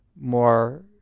more